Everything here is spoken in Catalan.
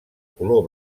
color